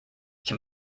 can